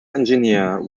engineer